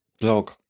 blog